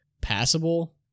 passable